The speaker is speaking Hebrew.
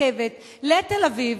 ברכבת לתל-אביב.